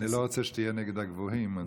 אני לא רוצה שתהיה נגד הגבוהים.